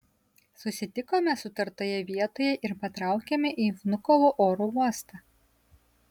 susitikome sutartoje vietoje ir patraukėme į vnukovo oro uostą